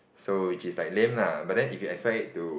so which is like lame lah but then if you expect it to